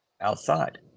outside